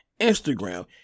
Instagram